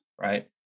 right